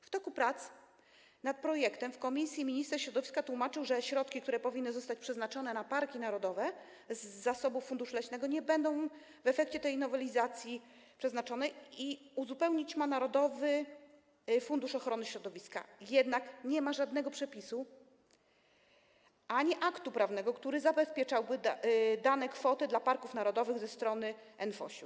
W toku prac nad projektem w komisji minister środowiska tłumaczył, że środki, które powinny zostać przeznaczone na parki narodowe z zasobów funduszu leśnego, a w efekcie tej nowelizacji nie będą, uzupełniać ma narodowy fundusz ochrony środowiska, jednak nie ma żadnego przepisu ani aktu prawnego, który zabezpieczałby dane kwoty dla parków narodowych ze strony NFOŚ-iu.